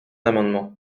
amendement